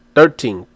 Thirteen